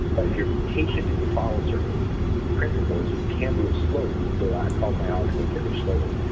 but if you are patient and you follow certain principles you can do it slowly until i call my article get rich slowly,